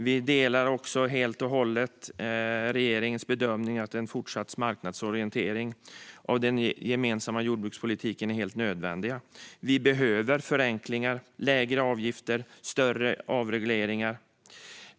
Vi delar också helt och hållet regeringens bedömning att en fortsatt marknadsorientering av den gemensamma jordbrukspolitiken är helt nödvändig. Vi behöver förenklingar, lägre utgifter och större avregleringar.